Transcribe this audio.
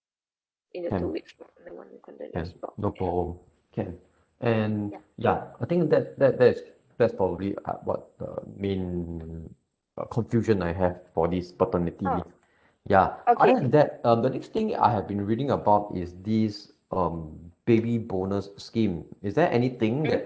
can can no problem can and ya I think that that that is that's probably uh what the main uh confusion I have for this paternity leave yeah other than that uh the next thing I have been reading about is this um baby bonus scheme is there anything that